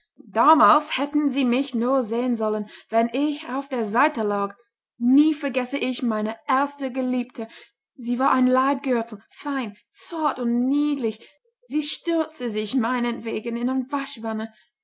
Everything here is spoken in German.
damals hätten sie mich nur sehen sollen wenn ich auf der seite lag nie vergesse ich meine erste geliebte sie war ein leibgürtel fein zart und niedlich sie stürzte sich meinetwegen in